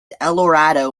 eldorado